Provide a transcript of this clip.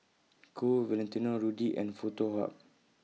Qoo Valentino Rudy and Foto Hub